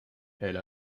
elle